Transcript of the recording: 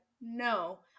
no